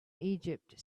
egypt